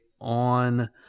on